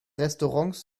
restaurants